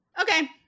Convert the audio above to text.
Okay